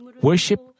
worship